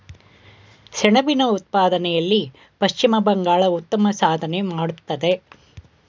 ಸೆಣಬಿನ ಉತ್ಪಾದನೆಯಲ್ಲಿ ಪಶ್ಚಿಮ ಬಂಗಾಳ ಉತ್ತಮ ಸಾಧನೆ ಮಾಡತ್ತದೆ